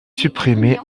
supprimée